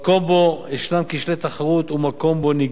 מקום שבו ישנם כשלי תחרות הוא מקום שבו נגבים